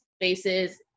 spaces